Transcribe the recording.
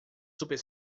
super